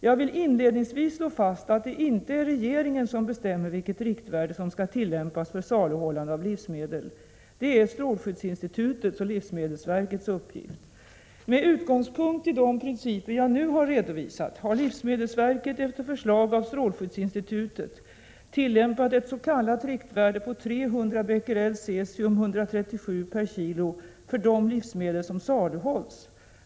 Jag vill inledningsvis slå fast att det inte är regeringen som bestämmer vilket riktvärde som skall tillämpas för saluhållande av livsmedel. Det är strålskyddsinstitutets och livsmedelsverkets uppgift. Med utgångspunkt i de principer jag nu har redovisat har livsmedelsverket efter förslag av strålskyddsinstitutet tillämpat ett s.k. riktvärde på 300 Bq cesium 137 per kilo för de livsmedel som saluhålls.